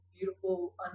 beautiful